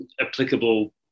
applicable